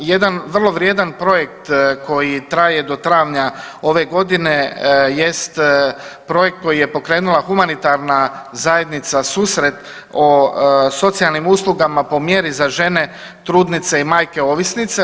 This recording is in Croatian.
Jedan vrlo vrijedan projekt koji traje do travnja ove godine jest projekt koji je pokrenula humanitarna zajednica Susret o socijalnim uslugama po mjeri za žene, trudnice i majke ovisnice.